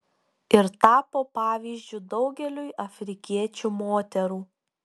ir tapo pavyzdžiu daugeliui afrikiečių moterų